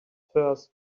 first